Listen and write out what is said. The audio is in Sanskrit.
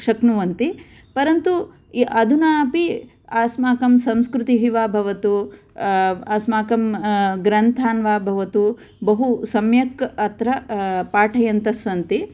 शक्नुवन्ति परन्तु अधुना अपि अस्माकं संस्कृतिः वा भवतु अस्माकं ग्रन्थान् वा भवतु बहु सम्यक् अत्र पाठयन्तः सन्ति